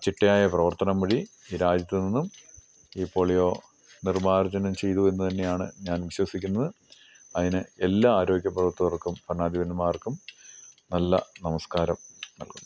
ചിട്ടയായ പ്രവർത്തനം വഴി ഈ രാജ്യത്ത് നിന്നും ഈ പോളിയോ നിർമാർജനം ചെയ്തു എന്ന് തന്നെയാണ് ഞാൻ വിശ്വസിക്കുന്നത് അതിന് എല്ലാ ആരോഗ്യപ്രവർത്തവർക്കും ഭരണാധിപന്മാർക്കും നല്ല നമസ്കാരം നൽകുന്നു